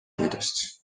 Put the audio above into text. puidust